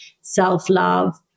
self-love